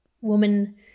woman